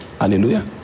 Hallelujah